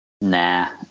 Nah